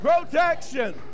Protection